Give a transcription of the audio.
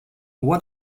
what